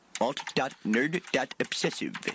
Alt.nerd.obsessive